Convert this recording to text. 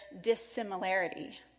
dissimilarity